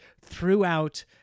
throughout